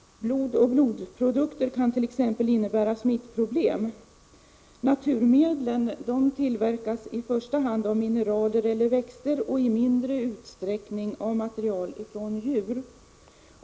Blod och blodprodukter kan t.ex. innebära smittproblem. Naturmedlen tillverkas i första hand av mineraler eller växter och i mindre utsträckning av material från djur.